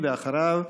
אחריו,